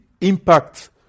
impact